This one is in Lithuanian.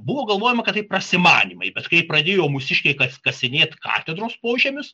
buvo galvojama kad tai prasimanymai bet kai pradėjo mūsiškiai kas kasinėti katedros požemius